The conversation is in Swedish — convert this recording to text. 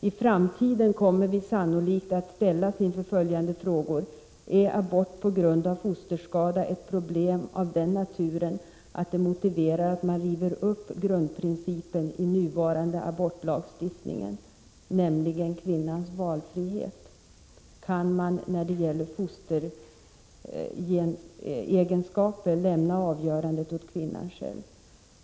I framtiden kommer vi sannolikt att ställas inför följande frågor: Är abort på grund av fosterskada ett problem av den natur att det motiverar att man river upp grundprincipen i nuvarande abortlagstiftning, nämligen kvinnans valfrihet? Kan man när det gäller fosteregenskaper lämna avgörandet åt kvinnan själv?